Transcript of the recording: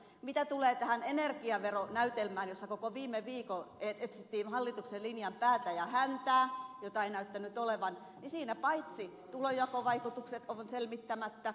mitä tulee tähän energiaveronäytelmään jossa koko viime viikon etsittiin hallituksen linjan päätä ja häntää jota ei näyttänyt olevan niin siinä tulonjakovaikutukset on selvittämättä